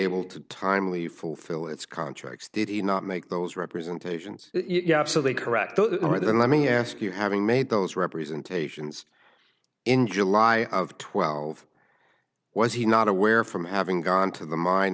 able to timely fulfill its contracts did he not make those representations yeah absolutely correct though they were then let me ask you having made those representations in july of twelve was he not aware from having gone to the mine